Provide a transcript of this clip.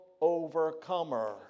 overcomer